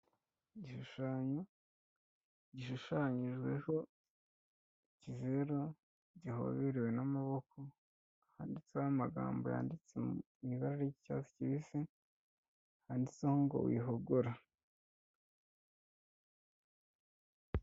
Igishushanyo gishushanyijweho ikizeru gihoberewe n'amaboko handitseho amagambo yanditse mu ibara ry'icyatsi kibisi handitseho ngo wihogora.